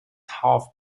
half